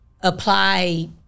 apply